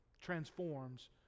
transforms